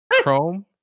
Chrome